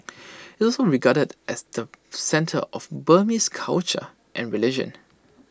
IT also regarded as the centre of Burmese culture and religion